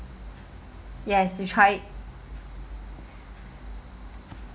yes we tried